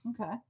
Okay